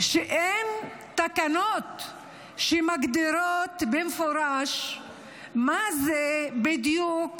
שאין תקנות שמגדירות במפורש מה זה בדיוק